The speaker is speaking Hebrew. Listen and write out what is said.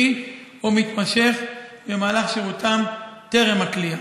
או מתמשך במהלך שירותם טרם הכליאה.